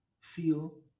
feel